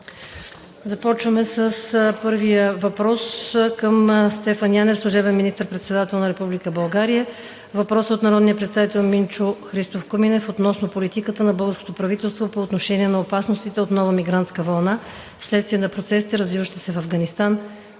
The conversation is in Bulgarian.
Започваме с първия въпрос към Стефан Янев – служебен министър-председател на Република България. Въпрос от народния представител Минчо Христов Куминев относно политиката на българското правителство по отношение на опасностите от нова мигрантска вълна следствие на процесите, развиващи се в Афганистан.